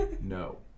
No